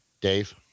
Dave